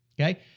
Okay